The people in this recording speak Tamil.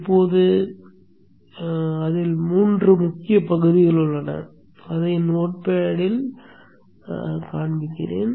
இப்போது அதில் மூன்று முக்கிய பகுதிகள் உள்ளன அதை நோட்பேடில் சென்று காண்பிப்பேன்